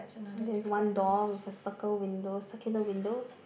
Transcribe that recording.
there is one door with a circle window a circular window